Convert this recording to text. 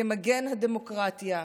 כמגן הדמוקרטיה,